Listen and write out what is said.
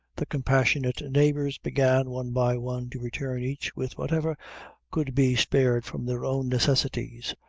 the compassionate neighbors began, one by one, to return each with whatever could be spared from their own necessities,